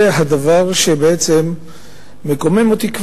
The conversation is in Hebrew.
זה הדבר שבעצם מקומם אותי.